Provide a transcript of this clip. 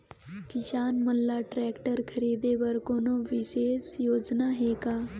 किसान मन ल ट्रैक्टर खरीदे बर कोनो विशेष योजना हे का?